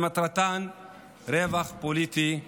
שמטרתן רווח פוליטי גרידא.